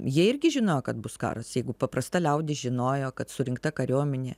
jie irgi žinojo kad bus karas jeigu paprasta liaudis žinojo kad surinkta kariuomenė